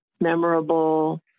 memorable